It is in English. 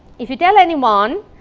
if you tell anyone,